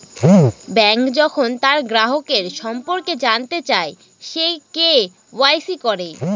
bank যখন তার গ্রাহকের সম্পর্কে জানতে চায়, সে কে.ওয়া.ইসি করে